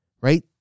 right